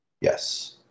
Yes